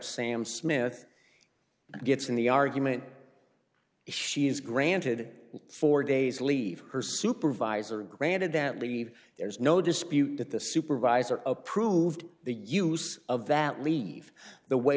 sam smith gets in the argument if she is granted four days leave her supervisor granted that leave there's no dispute that the supervisor approved the use of that leave the way